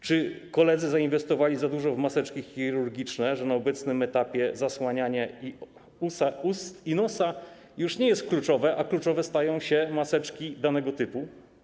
Czy koledzy zainwestowali za dużo w maseczki chirurgiczne, że na obecnym etapie zasłanianie ust i nosa już nie jest kluczowe, a kluczowe stają się maseczki danego typu?